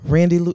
Randy